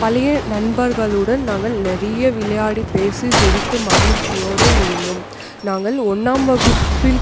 பழைய நண்பர்களுடன் நாங்கள் நிறைய விளையாடி பேசி சிரித்து மகிழ்ச்சியோடு இருந்தோம் நாங்கள் ஒன்றாம் வகுப்பில்